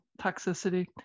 toxicity